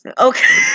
Okay